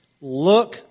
Look